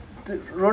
orh